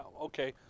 Okay